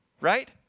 right